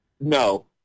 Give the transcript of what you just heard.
No